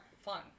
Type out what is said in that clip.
fun